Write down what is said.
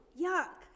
yuck